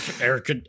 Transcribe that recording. Eric